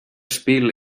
spill